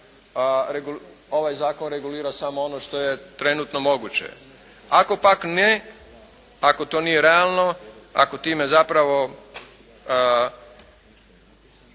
ovaj zakon regulira samo ono što je trenutno moguće. Ako pak ne, ako to nije realno, ako time zapravo